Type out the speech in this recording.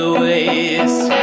waste